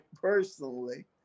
personally